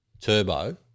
Turbo